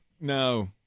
No